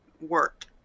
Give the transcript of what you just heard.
work